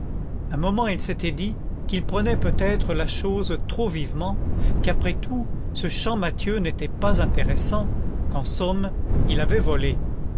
un moment il s'était dit qu'il prenait peut-être la chose trop vivement qu'après tout ce champmathieu n'était pas intéressant qu'en somme il avait volé